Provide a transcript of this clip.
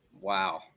Wow